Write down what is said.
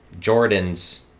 Jordans